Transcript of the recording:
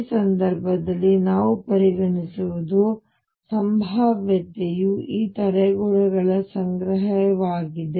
ಈ ಸಂದರ್ಭದಲ್ಲಿ ನಾವು ಪರಿಗಣಿಸುವುದು ಸಂಭಾವ್ಯತೆಯು ಈ ತಡೆಗೋಡೆಗಳ ಸಂಗ್ರಹವಾಗಿದೆ